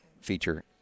feature